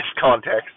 context